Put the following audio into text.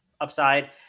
upside